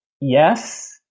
yes